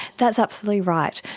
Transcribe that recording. that's absolutely right.